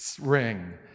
ring